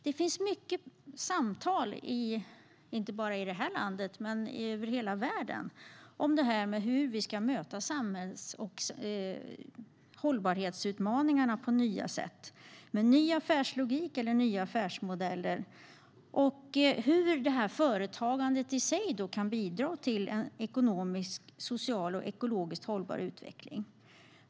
Det förs många samtal, inte bara i det här landet utan över hela världen, om hur vi ska möta samhälls och hållbarhetsutmaningarna på nya sätt med ny affärslogik eller nya affärsmodeller och om hur företagandet i sig kan bidra till en ekonomiskt, socialt och ekologiskt hållbar utveckling.